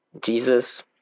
Jesus